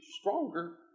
stronger